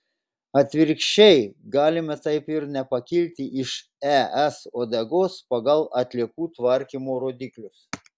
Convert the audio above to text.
atvirkščiai galime taip ir nepakilti iš es uodegos pagal atliekų tvarkymo rodiklius